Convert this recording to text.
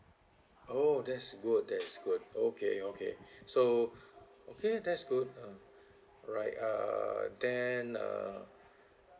oh that's good that's good okay okay so okay that's good uh right uh then uh